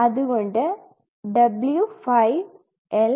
അതുകൊണ്ട് W5 L1